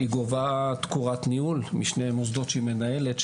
היא גובה תקורת ניהול משני מוסדות שהיא מנהלת,